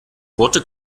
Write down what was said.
worte